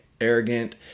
arrogant